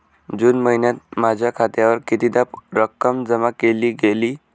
जून महिन्यात माझ्या खात्यावर कितीदा रक्कम जमा केली गेली?